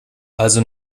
also